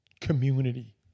community